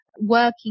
working